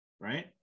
right